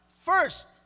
First